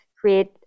create